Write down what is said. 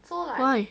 why